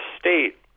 state